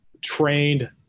trained